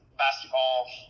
basketball